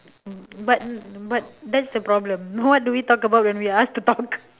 but but that's the problem what do we talk about when we are asked to talk